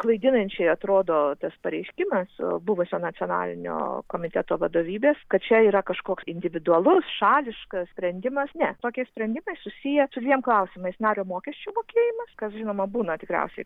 klaidinančiai atrodo tas pareiškimas buvusio nacionalinio komiteto vadovybės kad čia yra kažkoks individualus šališkas sprendimas ne tokie sprendimai susiję su dviem klausimais nario mokesčių mokėjimas kas žinoma būna tikriausiai